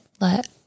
let